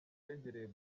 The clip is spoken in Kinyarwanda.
twegereye